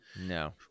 No